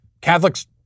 Catholics